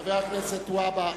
חבר הכנסת והבה,